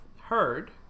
heard